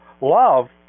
love